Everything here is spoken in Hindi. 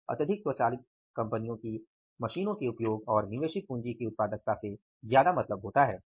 तो अत्यधिक स्वचालित कंपनियों को मशीनों के उपयोग और निवेशित पूंजी की उत्पादकता से ज्यादा मतलब होता है